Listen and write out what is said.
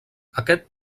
aquest